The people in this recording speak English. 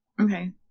Okay